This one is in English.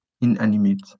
inanimate